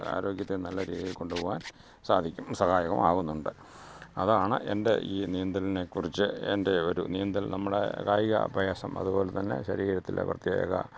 ആരോഗ്യത്തെ നല്ല രീതിയിൽ കൊണ്ടുപോകാൻ സാധിക്കും സഹായവും ആവുന്നുണ്ട് അതാണ് എൻ്റെ ഈ നീന്തലിനെക്കുറിച്ച് എൻ്റെ ഒരു നീന്തൽ നമ്മുടെ കായിക അഭ്യാസം അതുപോലെ തന്നെ ശരീരത്തിൻ്റെ പ്രത്യേകത